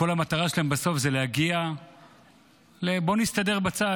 בסוף כל המטרה שלהם היא להגיע ל"בוא נסתדר בצד,